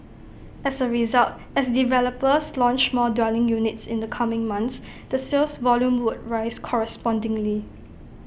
as A result as developers launch more dwelling units in the coming months the sales volume would rise correspondingly